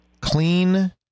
Clean